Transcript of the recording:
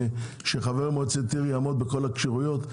שחבר מועצת עיר יעמוד בכל הכשירויות?